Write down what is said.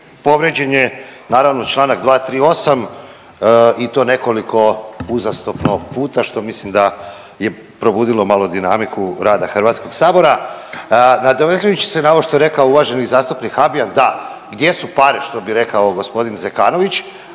Povrijeđen je naravno čl. 238. i to nekoliko uzastopno puta što mislim da je probudilo malo dinamiku rada HS-a. Nadovezujući se na ovo što je rekao uvaženi zastupnik Habijan, da, gdje su pare što bi rekao g. Zekanović,